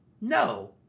No